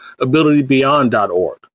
AbilityBeyond.org